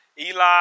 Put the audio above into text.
Eli